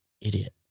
idiot